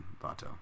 Vato